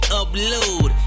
upload